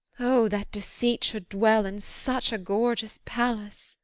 o, that deceit should dwell in such a gorgeous palace!